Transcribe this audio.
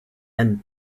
end